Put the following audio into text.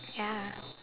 ya